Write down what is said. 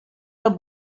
the